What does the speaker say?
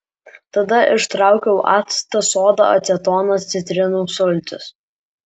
tada ištraukiau actą sodą acetoną citrinų sultis